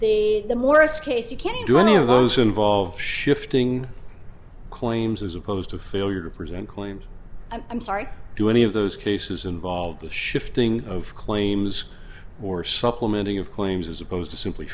the the morris case you can't do any of those involved shifting claims as opposed to failure to present claims and i'm sorry do any of those cases involve the shifting of claims or supplementing of claims as opposed to simply